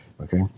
Okay